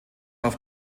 auf